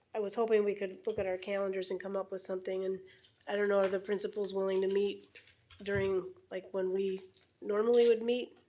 i was hoping we could look at our calendars and come up with something. and i don't know if the principal's willing to meet during like when we normally would meet,